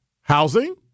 Housing